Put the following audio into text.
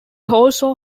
also